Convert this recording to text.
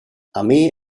armee